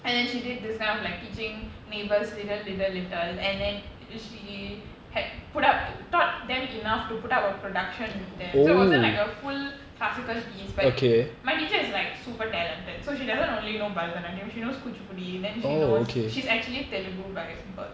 and then she did this kind of like teaching neighbors little little little and then she had put up taught them enough to put up a production with them so it wasn't like a full classical piece but my teacher is like super talented so she doesn't only know பரதநாட்டியம்:bharathanaatiyam I think she knows Kuchipudi then she knows she's actually Telugu